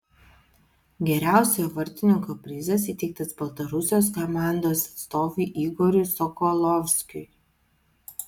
geriausiojo vartininko prizas įteiktas baltarusijos komandos atstovui igoriui sokolovskiui